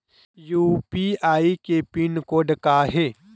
UPI के pin code का हे?